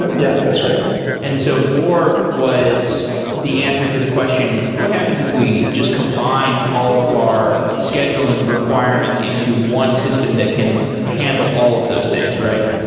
yes, that's right and so borg was the answer to the question. what happens if we just combine all of our scheduling requirements into one system that can handle all of those things, right?